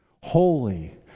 holy